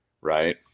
right